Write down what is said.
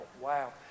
wow